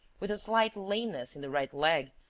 with a slight lameness in the right leg,